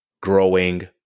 growing